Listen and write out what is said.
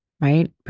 right